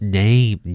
name